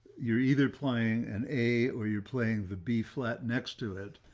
you're either playing an a, or you're playing the b flat next to it,